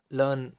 learn